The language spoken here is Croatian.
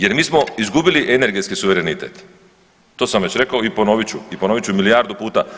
Jer mi smo izgubili energetski suverenitet to sam već rekao i ponovit ću, ponovit ću i milijardu puta.